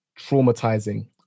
traumatizing